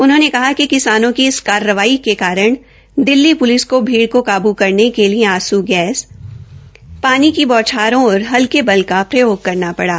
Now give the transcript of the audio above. उन्होंने कहा कि किसानों की इस कारवाई के कारण दिल्ली पलिस का भीड़ का काबू करने के लिए आंसू गैस पानी बोछारों और हलके बल का प्रयाण करना पड़ा